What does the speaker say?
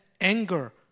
anger